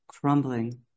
crumbling